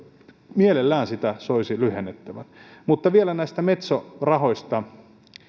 mielellään soisi sitä aikaa lyhennettävän vielä metso rahoista